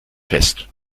fest